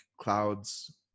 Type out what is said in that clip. clouds